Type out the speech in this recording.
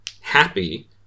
happy